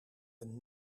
een